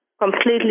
completely